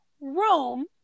Rome